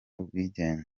ubwigenge